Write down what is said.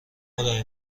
خدای